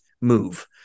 move